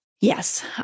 Yes